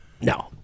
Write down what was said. No